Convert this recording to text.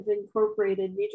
incorporated